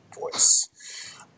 voice